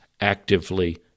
actively